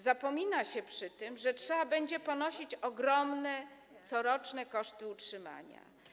Zapomina się przy tym, że trzeba będzie ponosić ogromne coroczne koszty utrzymania.